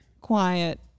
quiet